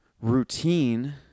routine